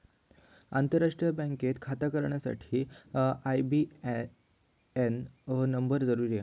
आंतरराष्ट्रीय बँकेत खाता असण्यासाठी आई.बी.ए.एन नंबर जरुरी आहे